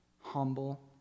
humble